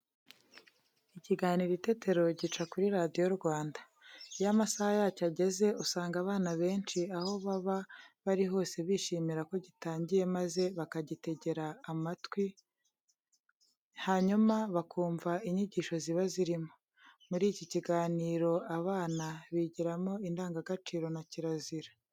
Ikiganiro Itetero gica kuri Radiyo Rwanda. Iyo amasaha yacyo ageze, usanga abana benshi aho baba bari hose bishimira ko gitangiye maze bakagitegera amatwi, hanyuma bakumva inyigisho ziba zirimo. Muri iki kiganiro abana bigiramo indangagaciro na kirazira.